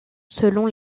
selon